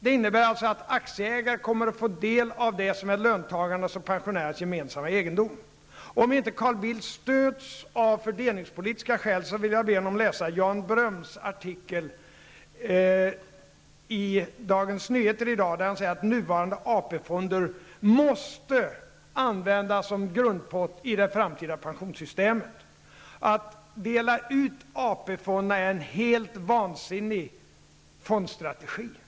Det innebär alltså att aktieägare kommer att få del av det som är löntagarnas och pensionärernas gemensamma egendom. Om Carl Bildt inte stöts av fördelningspolitiska skäl, vill jag be honom läsa Jan Bröms artikel i Dagens Nyheter i dag, där han säger att nuvarande AP-fonder måste användas som grundpott i det framtida pensionssystemet. Att dela ut de pengar som finns i AP-fonderna är en helt vansinnig fondstrategi.